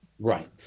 Right